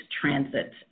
transit